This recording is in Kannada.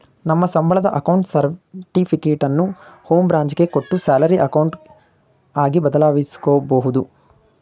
ನಮ್ಮ ಸಂಬಳದ ಅಕೌಂಟ್ ಸರ್ಟಿಫಿಕೇಟನ್ನು ಹೋಂ ಬ್ರಾಂಚ್ ಗೆ ಕೊಟ್ಟು ಸ್ಯಾಲರಿ ಅಕೌಂಟ್ ಆಗಿ ಬದಲಾಯಿಸಿಕೊಬೋದು